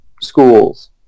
schools